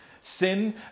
sin